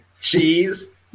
cheese